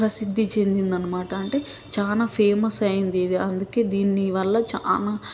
ప్రసిద్ధి చెందిందన్నమాట అంటే చాలా ఫేమస్ అయ్యింది ఇది అందుకే దీన్ని వల్ల చాలా